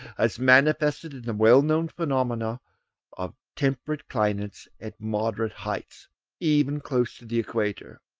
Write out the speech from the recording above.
as manifested in the well-known phenomenon of temperate climates at moderate heights even close to the equator,